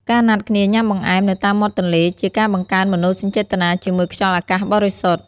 ការណាត់គ្នាញ៉ាំបង្អែមនៅតាមមាត់ទន្លេ ជាការបង្កើនមនោសញ្ចេតនាជាមួយខ្យល់អាកាសបរិសុទ្ធ។